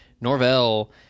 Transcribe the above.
Norvell